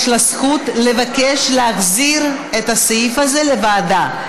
יש לה זכות לבקש להחזיר את הסעיף הזה לוועדה.